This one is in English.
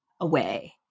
away